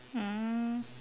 mm